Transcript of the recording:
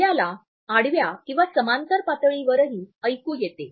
आपल्याला आडव्या किंवा समांतर पातळीवरहि ऐकू येते